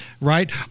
right